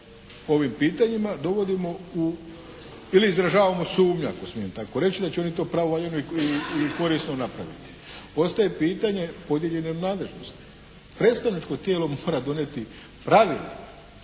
ovim pitanjima dovodimo ili izražavamo sumnju ako smijem tako reći da će oni to pravovaljano i korisno napraviti. Ostaje pitanje podijeljene nadležnosti. Predstavničko tijelo mora donijeti pravilnik